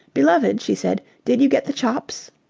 beloved! she said. did you get the chops?